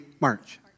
March